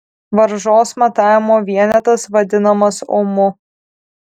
varžos matavimo vienetas vadinamas omu